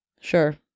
Sure